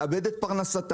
לאבד את פרנסתם.